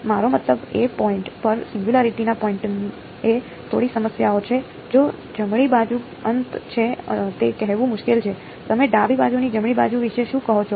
મારો મતલબ એ પોઈન્ટ પર સિંગયુંલારીટી ના પોઈન્ટ એ થોડી સમસ્યાઓ છે જો જમણી બાજુ અનંત છે તે કહેવું મુશ્કેલ છે તમે ડાબી બાજુની જમણી બાજુ વિશે શું કહો છો